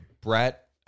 Brett